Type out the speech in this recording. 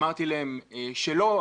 אמרתי להם שלא,